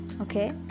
okay